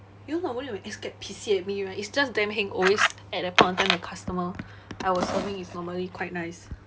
you know normally when X get pissy at me right it's just damn heng always at that point of time the customer I was serving is normally quite nice